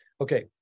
okay